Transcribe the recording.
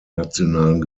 nationalen